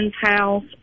house